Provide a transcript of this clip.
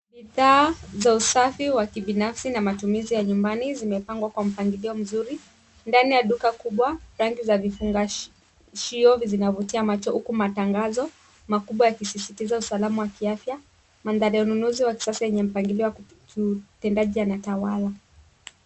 Bidhaa za usafi wa kibinafsi, na matumizi ya nyumbani zimepangwa kwa mpangilio mzuri. Ndani ya duka kubwa rangi za vifurashio zinavutia macho huku matangazo makubwa yakisisitiza usalama wa kiafya. Mandhari ya ununuzi wa kisasa yenye mpangilio wa utendaji ana tawala.